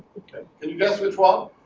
okay and you guess which one